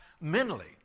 mentally